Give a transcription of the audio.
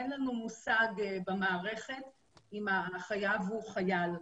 אין לנו מושג במערכת אם החייב הוא חייל,